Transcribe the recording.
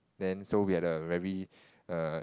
then so we at the very err